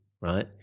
right